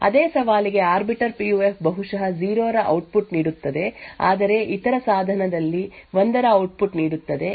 ಅದೇ ಸವಾಲಿಗೆ arbiter PUF ಬಹುಶಃ 0 ರ ಔಟ್ಪುಟ್ ನೀಡುತ್ತದೆ ಆದರೆ ಇತರ ಸಾಧನದಲ್ಲಿ 1 ರ ಔಟ್ಪುಟ್ ನೀಡುತ್ತದೆ